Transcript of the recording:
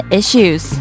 issues